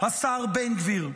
השר בן גביר?